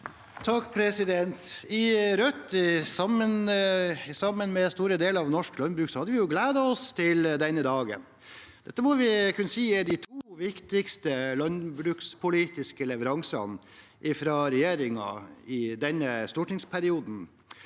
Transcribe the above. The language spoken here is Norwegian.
Rødt hadde vi sam- men med store deler av norsk landbruk gledet oss til denne dagen. Dette må vi kunne si er de to viktigste landbrukspolitiske leveransene fra regjeringen i denne stortingsperioden.